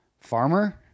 farmer